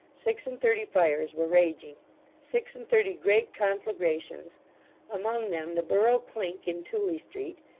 six-and-thirty fires were raging six-and-thirty great conflagrations among them the borough clink in tooley street,